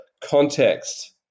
context